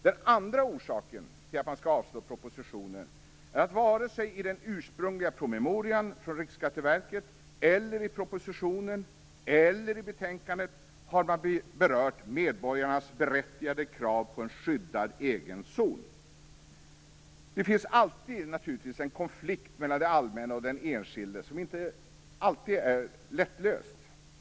Den andra orsaken till att man skall avslå propositionen är att man vare sig i den ursprungliga promemorian från Riksskatteverket, i propositionen eller i betänkandet har berört medborgarnas berättigade krav på en skyddad egen zon. Det finns naturligtvis alltid en konflikt mellan det allmänna och den enskilde, som inte alltid är lättlöst.